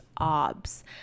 Obs